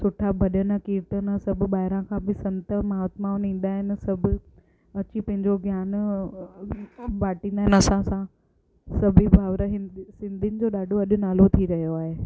सुठा भॼन कीर्तन सभु ॿाहिरां खां बि संत महात्माऊं ईंदा आहिनि सभु अची पंहिंजो ज्ञान बाटींदा आहिनि असां सां सभी भाउर हिंद सिधियुनि जो ॾाढो अॼु नालो थी रहियो आहे